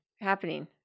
happening